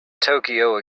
tokyo